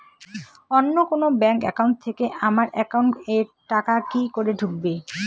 অন্য কোনো bank account থেকে আমার একাউন্ট এ টাকা কি করে ঢুকবে?